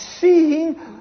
seeing